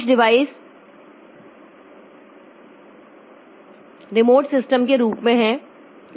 कुछ device remote system के रूप में है